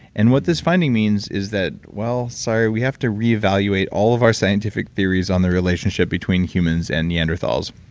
and what this finding means is that, well, sorry, we have to reevaluate all of our scientific theories on the relationship between humans and neanderthals.